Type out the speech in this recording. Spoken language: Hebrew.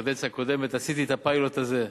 בקדנציה הקודמת עשיתי את הפיילוט הזה.